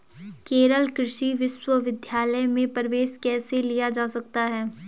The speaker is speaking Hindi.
केरल कृषि विश्वविद्यालय में प्रवेश कैसे लिया जा सकता है?